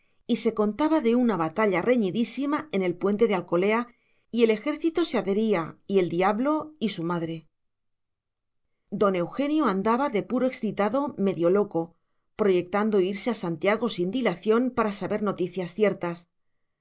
y se contaba de una batalla reñidísima en el puente de alcolea y el ejército se adhería y el diablo y su madre don eugenio andaba de puro excitado medio loco proyectando irse a santiago sin dilación para saber noticias ciertas